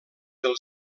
del